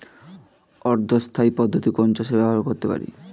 অর্ধ স্থায়ী পদ্ধতি কোন চাষে ব্যবহার করতে পারি?